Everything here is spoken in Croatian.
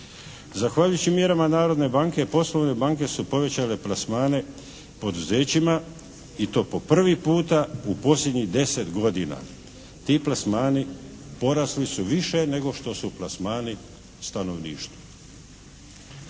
Zahvaljujući mjerama Narodne banke poslovne banke su povećale plasmane poduzećima i to po prvi puta u posljednjih 10 godina. Ti plasmani porasli su više nego što su plasmani stanovništvu.